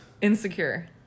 Insecure